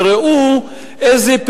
וראו איזה פלא: